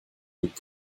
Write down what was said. glück